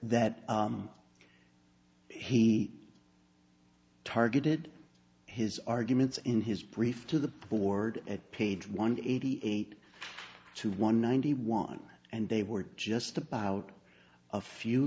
that he targeted his arguments in his brief to the board at page one hundred eighty eight to one ninety one and they were just about a few